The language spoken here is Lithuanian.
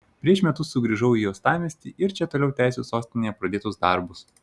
prieš metus sugrįžau į uostamiestį ir čia toliau tęsiu sostinėje pradėtus darbus